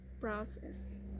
process